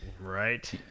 Right